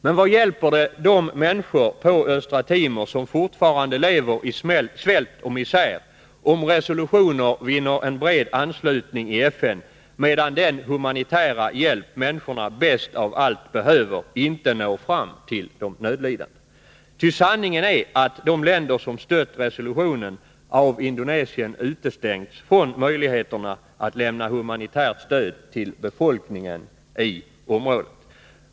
Men vad hjälper det de människor på Östra Timor som fortfarande lever i svält och misär om resolutioner vinner en bred anslutning i FN medan den humanitära hjälp som människorna bäst av allt behöver inte når fram till de nödlidande? Sanningen är ju att de länder som stött resolutionen av Indonesien utestängts från möjligheterna att lämna humanitärt stöd till befolkningen i området.